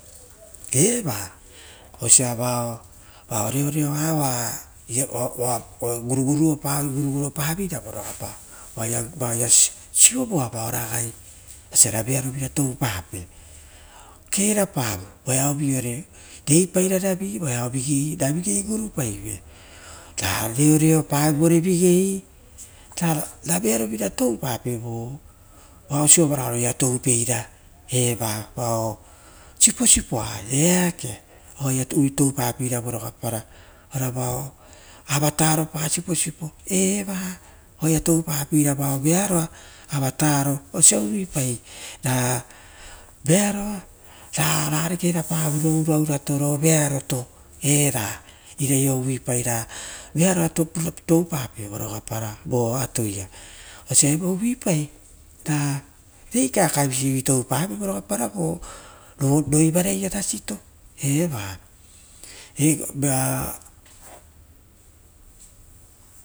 Eva osia vaia reoa oa guruguroopavoi vonogapa oaia. Sovoavao ragai, oisiora vearovira toupapei. Keraporo voearo reipai raravi. Ra vigei guru pave vegeire reoreopasa roia toupave eva vao siposipo eake oaia toupapeira vonogaparo. Oravao avataro pa siposipo. Eva oa ia toupapera eva vao veavoa aotam osia uvuipa rarare kerapavio voia uraurato vearoto viaroia purapauro toupape voi rogaparo. Osia evoa uvapa ra reikaekae visive toupave vorogapao roivanaia rasito eva.